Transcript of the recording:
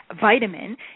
vitamin